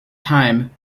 time